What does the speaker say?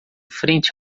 frente